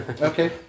Okay